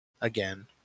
Again